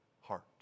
heart